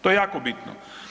To je jako bitno.